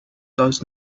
does